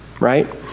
right